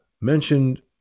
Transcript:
mentioned